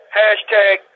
hashtag